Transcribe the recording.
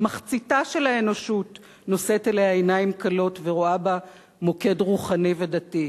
מחציתה של האנושות נושאת אליה עיניים כלות ורואה בה מוקד רוחני ודתי.